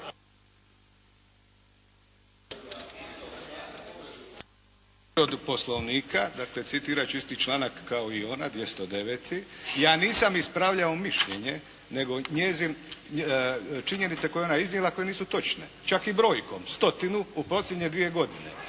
Povreda Poslovnika. Dakle citirat ću isti članak kao i ona 209. Ja nisam ispravljao mišljenje nego njezin, činjenice koje je ona iznijela, koje nisu točne. Čak i brojkom. Stotinu u posljednje dvije godine.